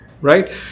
right